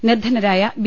നിർധനരായ ബി